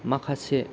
माखासे